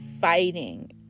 fighting